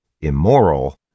immoral